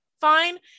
fine